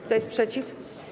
Kto jest przeciw?